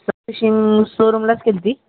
सोरूमलाच केली होती